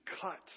cut